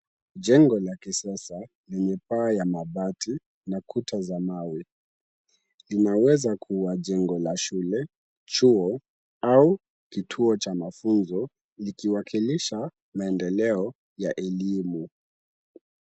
Jengo la kisasa lenye paa ya mabati na kuta za mawe. Linawezakua jengo la shule, chuo au kituo cha mafunzo likiwakilisha maendeleo ya elimu.